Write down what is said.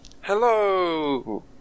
Hello